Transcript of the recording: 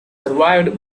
survived